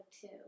two